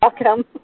welcome